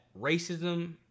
racism